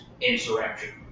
insurrection